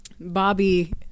Bobby